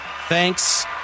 Thanks